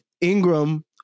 Ingram